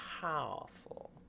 powerful